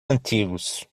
antigos